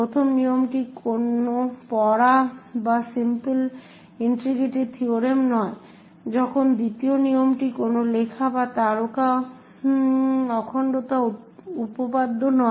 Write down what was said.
প্রথম নিয়মটি কোন পড়া বা সিম্পল ইন্টিগ্রিটি থিওরেম নয় যখন দ্বিতীয় নিয়মটি কোন লেখা বা তারকা অখণ্ডতা উপপাদ্য নয়